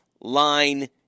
line